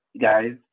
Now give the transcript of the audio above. guys